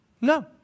No